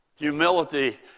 Humility